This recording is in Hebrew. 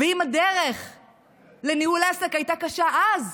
ואם הדרך לניהול עסק הייתה קשה אז,